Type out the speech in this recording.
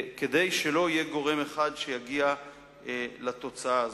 כדי שלא יהיה גורם אחד שיגיע לתוצאה הזאת.